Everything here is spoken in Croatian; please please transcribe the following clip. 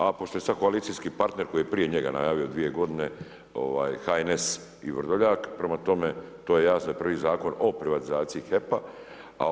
A pošto je sad koalicijski partner koji je prije njega najavio dvije godine, HNS i Vrdoljak, prema tome, to je jasno da je prvi zakon o privatizaciji HEP-a.